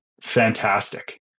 fantastic